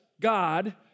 God